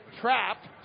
Trapped